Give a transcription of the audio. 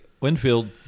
Winfield